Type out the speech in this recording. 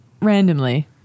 randomly